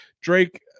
Drake